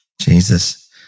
Jesus